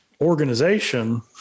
organization